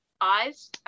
eyes